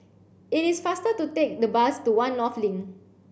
it is faster to take the bus to One North Link